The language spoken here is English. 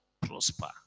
prosper